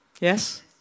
Yes